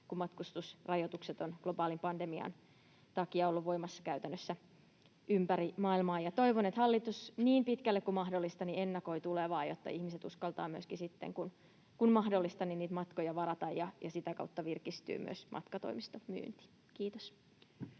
kun matkustusrajoitukset ovat globaalin pandemian takia olleet voimassa käytännössä ympäri maailmaa. Toivon, että hallitus niin pitkälle kuin mahdollista ennakoi tulevaa, jotta ihmiset uskaltavat myöskin sitten, kun mahdollista, niitä matkoja varata, ja sitä kautta virkistyy myös matkatoimistomyynti. — Kiitos.